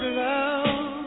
love